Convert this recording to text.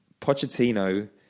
Pochettino